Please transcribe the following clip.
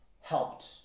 helped